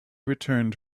returned